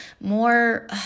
more